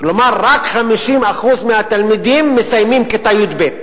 כלומר רק 50% מהתלמידים מסיימים כיתה י"ב.